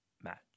match